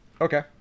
Okay